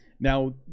Now